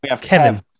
Kevin